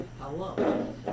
Hello